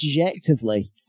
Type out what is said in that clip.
objectively